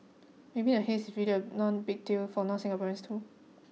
maybe the haze is really a none big deal for non Singaporeans too